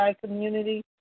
community